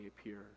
appear